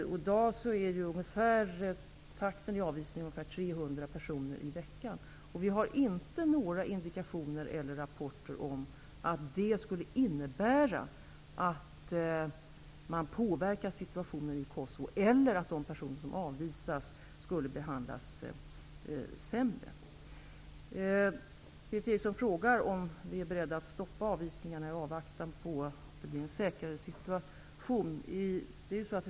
I dag avvisas ungefär 300 personer i veckan. Vi har inte fått några indikationer eller rapporter om att det påverkar situationen i Kosovo eller att de personer som avvisas behandlas sämre. Berith Eriksson frågar om vi är beredda att stoppa avvisningarna i avvaktan på att det blir en säkrare situation.